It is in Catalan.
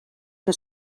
que